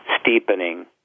steepening